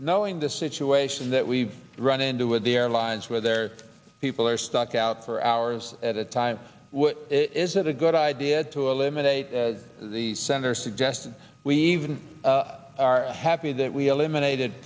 knowing the situation that we've run into with the airlines where their people are stuck out for hours at a time is it a good idea to eliminate the center suggests we even are happy that we eliminated